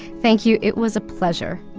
thank you. it was a pleasure